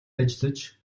ажиллаж